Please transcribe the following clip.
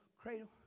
cradle